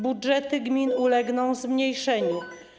Budżety gmin ulegną zmniejszeniu.